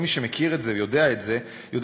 וכל מי שמכיר את זה ויודע את זה יודע